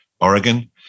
Oregon